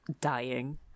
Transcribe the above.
dying